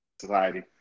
society